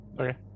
okay